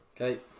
Okay